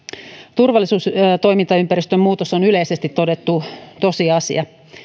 turvallisuustoimintaympäristön muutos on yleisesti todettu tosiasia